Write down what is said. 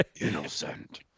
Innocent